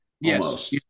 Yes